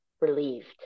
relieved